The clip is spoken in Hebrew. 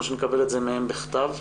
- או שנקבל את זה מהם בכתב,